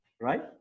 right